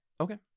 Okay